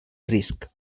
risc